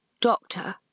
Doctor